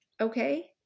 okay